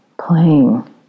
playing